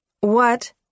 What